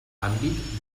àmbit